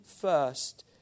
first